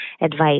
advice